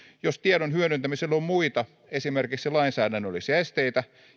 jos tiedon hyödyntämiselle on muita esimerkiksi lainsäädännöllisiä esteitä